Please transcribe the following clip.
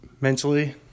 mentally